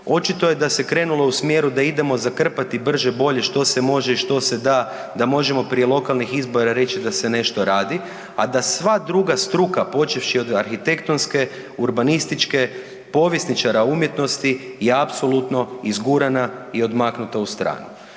očito je da se krenulo u smjeru da idemo zakrpati brže bolje što se može i što se da, da možemo prije lokalnih izbora reći da se nešto radi, a da sva druga struka počevši od arhitektonske, urbanističke, povjesničara umjetnosti je apsolutno izgurana i odmaknuta u stranu.